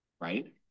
right